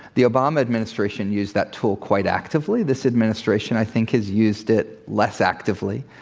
the obama administration used that tool quite actively. this administration i think has used it less actively.